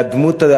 והדמות,